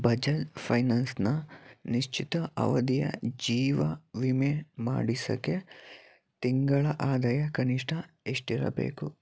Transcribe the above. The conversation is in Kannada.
ಬಜಾಜ್ ಫೈನಾನ್ಸ್ನ ನಿಶ್ಚಿತ ಅವಧಿಯ ಜೀವ ವಿಮೆ ಮಾಡಿಸೋಕ್ಕೆ ತಿಂಗಳ ಆದಾಯ ಕನಿಷ್ಟ ಎಷ್ಟಿರಬೇಕು